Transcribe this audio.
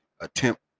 attempt